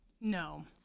No